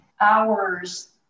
hours